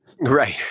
right